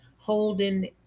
holding